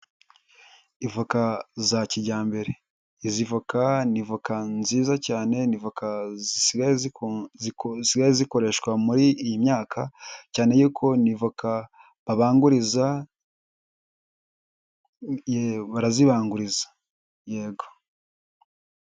Ivoka za kijyambere, izi voka ni voka nziza cyane, ni voka zisigayeye zikoreshwa muri iyi myaka, cyane yuko ni voka babanguriza barazibanguriza, yego.